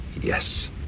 yes